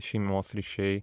šeimos ryšiai